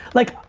like,